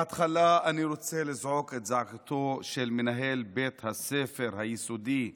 בהתחלה אני רוצה לזעוק את זעקתו של מנהל בית הספר היסודי בלוד,